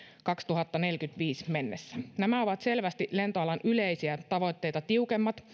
kaksituhattaneljäkymmentäviisi mennessä nämä ovat selvästi lentoalan yleisiä tavoitteita tiukemmat